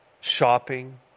Shopping